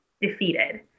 defeated